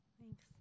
Thanks